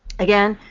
again,